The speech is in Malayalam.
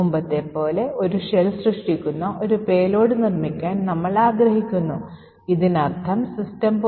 അതുപോലെ തന്നെ സ്റ്റാക്കിലെ മറ്റ് ഡാറ്റയും റിട്ടേൺ വിലാസവും ഫ്രെയിം പോയിന്ററും 32 കൾ ഉപയോഗിച്ച് തിരുത്തിയെഴുതപ്പെടുന്നു